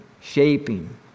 shaping